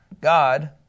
God